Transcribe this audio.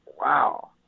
wow